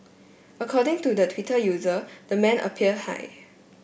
according to the Twitter user the man appeared high